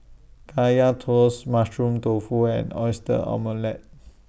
Kaya Toast Mushroom Tofu and Oyster Omelette